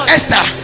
Esther